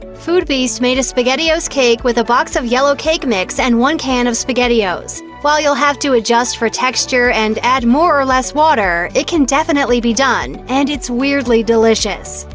foodbeast made a spaghettios cake with a box of yellow cake mix and one can of spaghettios. while you'll have to adjust for texture and add more or less water, it can definitely be done, and it's weirdly delicious.